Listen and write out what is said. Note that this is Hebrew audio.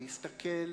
להסתכל,